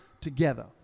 together